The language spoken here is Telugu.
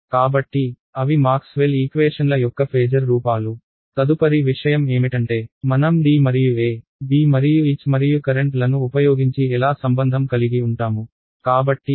కాబట్టి అవి మాక్స్వెల్ ఈక్వేషన్ల యొక్క ఫేజర్ రూపాలు తదుపరి విషయం ఏమిటంటే మనం D మరియు E B మరియు H మరియు కరెంట్లను ఉపయోగించి ఎలా సంబంధం కలిగి ఉంటాము